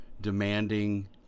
demanding